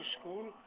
school